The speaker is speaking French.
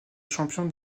champion